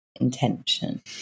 intention